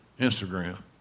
Instagram